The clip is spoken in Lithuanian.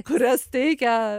kurias teikia